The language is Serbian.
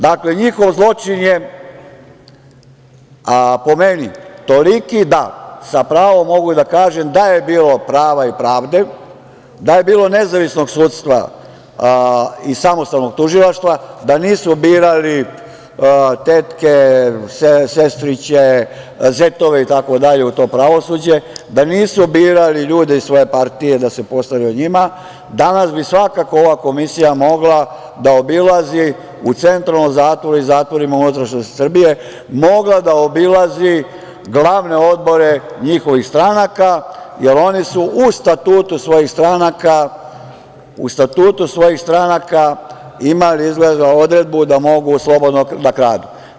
Dakle, njihov zločin je po meni toliki da sa pravom mogu da kažem da je bilo prava i pravde, da je bilo nezavisnog sudstva i samostalnog tužilaštva, da nisu birali tetke, sestriće, zetove itd. u to pravosuđe, da nisu birali ljude iz svoje partije da se postaraju o njima, danas bi svakako ova Komisija mogla da obilazi u Centralnom zatvoru i zatvorima u unutrašnjosti Srbije glavne odbore njihovih stranaka jer oni su u statutu svojih stranaka imali izgleda odredbu da mogu slobodno ka kradu.